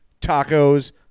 tacos